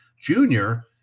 Junior